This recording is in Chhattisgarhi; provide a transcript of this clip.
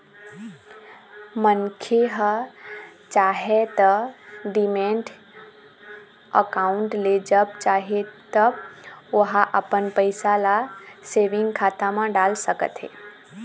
मनखे ह चाहय त डीमैट अकाउंड ले जब चाहे तब ओहा अपन पइसा ल सेंविग खाता म डाल सकथे